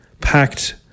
packed